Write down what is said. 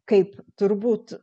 kaip turbūt